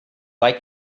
like